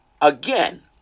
Again